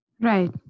right